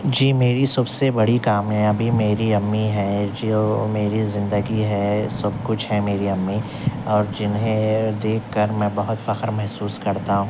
جی میری سب سے بڑی کامیابی میری امی ہیں جو میرے زندگی ہے سب کچھ ہے میری امی اور جنہیں دیکھ کر میں بہت فخر محسوس کرتا ہوں